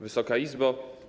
Wysoka Izbo!